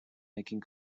making